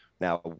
Now